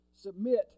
Submit